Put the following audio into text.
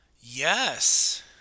Yes